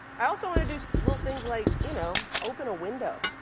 i also want to do little things like, you know, open a window.